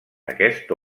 aquest